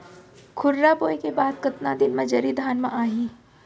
खुर्रा बोए के बाद कतका दिन म जरी धान म आही?